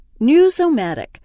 Newsomatic